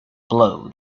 blow